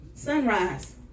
sunrise